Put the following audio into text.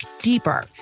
deeper